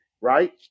right